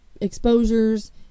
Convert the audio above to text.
exposures